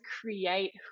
create